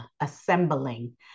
assembling